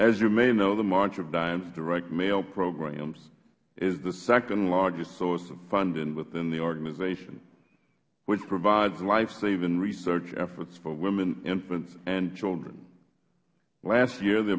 as you may know the march of dimes direct mail program is the second largest source of funding within the organization which provides lifesaving research efforts for women infants and children last year the